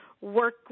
work